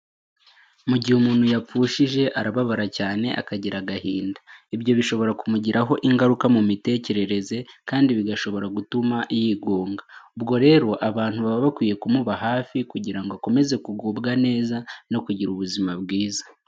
Mu gihe umuntu yapfushije arababara cyane akagira agahinda. Ibyo bishobora kumugiraho ingaruka mu mitekerereze kandi bigashobora gutuma yigunga. Ubwo rero abantu baba bakwiye kumuba hafi kugira ngo akomeze kugubwa neza no kugira ubuzima bwiza.